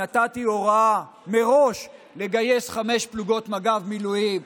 נתתי הוראה מראש לגייס חמש פלוגות מג"ב מילואים.